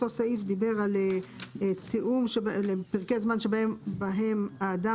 אותו סעיף דיבר על פרקי זמן שבהם האדם